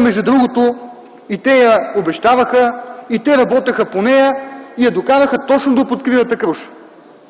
Между другото от БСП и те я обещаваха, и те работеха по нея и я докараха точно до под кривата круша.